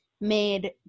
made